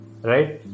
right